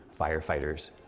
firefighters